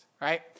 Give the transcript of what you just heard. right